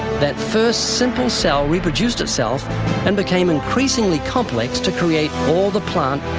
that first simple cell reproduced itself and became increasingly complex to create all the plant,